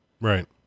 Right